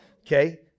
Okay